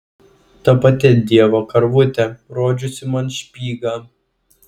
ta pati dievo karvutė rodžiusi man špygą